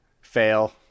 Fail